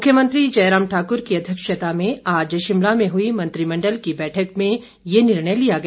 मुख्यमंत्री जयराम ठाकुर की अध्यक्षता में आज शिमला में हई मंत्रिमण्डल की बैठक में ये निर्णय लिया गया